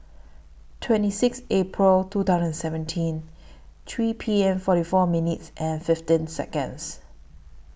twenty six April two thousand and seventeen three P M forty four minutes and fifteen Seconds